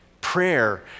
prayer